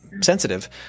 sensitive